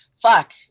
Fuck